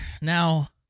Now